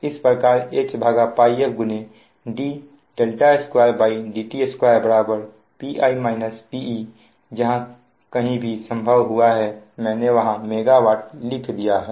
इस प्रकार HΠf d2dt2 Pi -Pe जहां कहीं भी संभव हुआ है मैंने वहां MW लिखा है